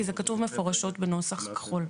כי כתוב מפורשות בנוסח כחול.